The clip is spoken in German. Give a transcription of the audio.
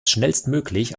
schnellstmöglich